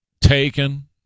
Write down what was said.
taken